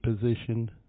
positioned